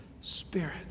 spirit